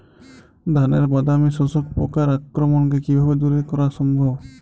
ধানের বাদামি শোষক পোকার আক্রমণকে কিভাবে দূরে করা সম্ভব?